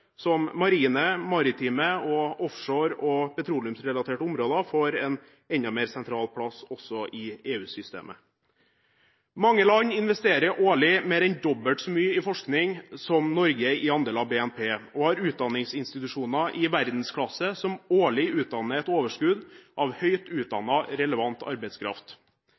som marine, maritime og offshore- og petroleumsrelaterte områder – får en enda mer sentral plass også i EU-systemet. Mange land investerer årlig mer enn dobbelt så mye i forskning som Norge, i andel av BNP, og har utdanningsinstitusjoner i verdensklasse som årlig utdanner et overskudd av høyt utdannet, relevant arbeidskraft.